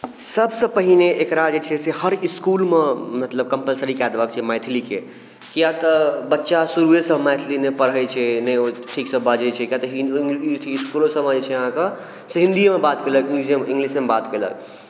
सभसँ पहिने एकरा जे छै से हर इसकुलमे मतलब कम्पलसरी कऽ देबाक छै मैथलीके किआक तऽ बच्चा शुरुएसँ मैथली नहि पढ़ैत छै नहि ओ ठीकसँ बाजैत छै किआक तऽ हिन्दी इंग्लिश मीडियम इसकुलोसभ रहैत छै अहाँके से हिन्दिएमे बात कयलक इंग्लिसेमे बात कयलक